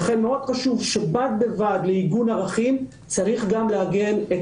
מאוד חשוב שבד בבד לעיגון הערכים נעגן גם את